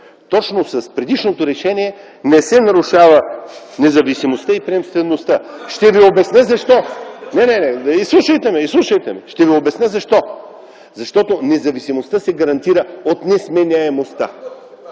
точно с предишното решение не се нарушава независимостта и приемствеността. Ще Ви обясня защо. (Ръкопляскания от ГЕРБ.) Изслушайте ме, ще Ви обясня защо. Защото независимостта се гарантира от несменяемостта.